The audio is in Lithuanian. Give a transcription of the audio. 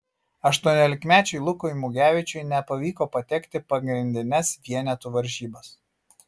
aštuoniolikmečiui lukui mugevičiui nepavyko patekti pagrindines vienetų varžybas